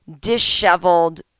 Disheveled